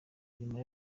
inyuma